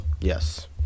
Yes